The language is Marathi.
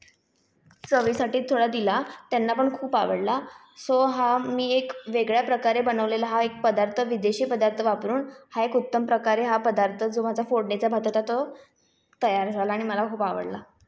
चवीसाठी थोडा दिला त्यांना पण खूप आवडला सो हा मी एक वेगळ्या प्रकारे बनवलेला हा एक पदार्थ विदेशी पदार्थ वापरून हा एक उत्तम प्रकारे हा पदार्थ जो माझा फोडणीचा भात होता तो तयार झाला आणि मला खूप आवडला